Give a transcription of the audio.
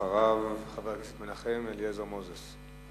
אחריו, חבר הכנסת מנחם אליעזר מוזס.